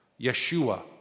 Yeshua